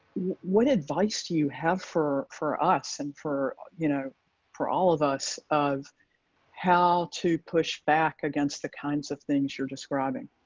when advice do you have for for us and for you know for all of us of how to push back against the kinds of things you're describing?